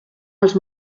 els